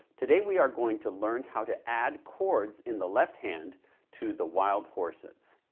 today we are going to learn how to add chords in the left hand to the wild horses.